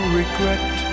regret